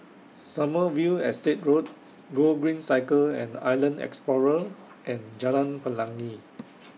Sommerville Estate Road Gogreen Cycle and Island Explorer and Jalan Pelangi